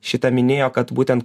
šitą minėjo kad būtent